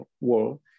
world